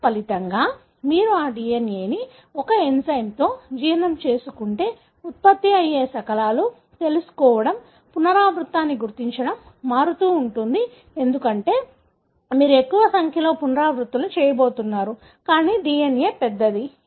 తత్ఫలితంగా మీరు ఆ DNA ని ఒక ఎంజైమ్తో జీర్ణం చేసుకుంటే ఉత్పత్తి అయ్యే శకలాలు తెలుసుకోవడం పునరావృతాన్ని గుర్తించడం మారుతూ ఉంటుంది ఎందుకంటే మీరు ఎక్కువ సంఖ్యలో పునరావృత్తులు చేయబోతున్నారు కానీ DNA పెద్దది